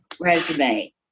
resume